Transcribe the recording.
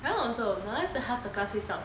my [one] also my [one] is like half the class zao